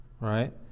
right